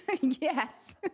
yes